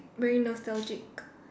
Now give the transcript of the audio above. very nostalgic